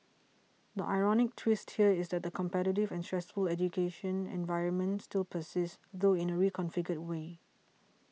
the ironic twist here is that the competitive and stressful education environment still persists though in a reconfigured way